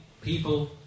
people